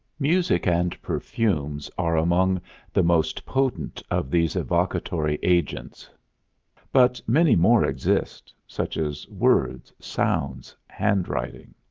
music and perfumes are among the most potent of these evocatory agents but many more exist, such as words, sounds, handwriting.